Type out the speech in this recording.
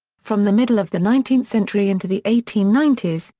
from the middle of the nineteenth century into the eighteen ninety s,